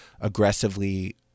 aggressively